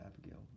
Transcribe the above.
Abigail